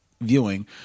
viewing